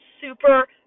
super